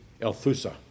Elthusa